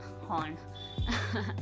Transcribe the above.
horn